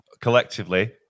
collectively